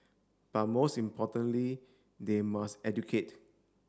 but most importantly they must educate